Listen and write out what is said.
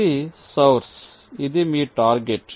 ఇది సౌర్స్ ఇది మీ టార్గెట్